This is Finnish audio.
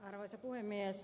arvoisa puhemies